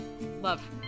Love